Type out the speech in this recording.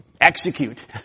execute